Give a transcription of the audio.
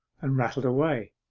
and rattled away.